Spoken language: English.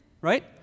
right